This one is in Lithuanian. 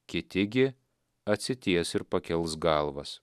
kiti gi atsities ir pakels galvas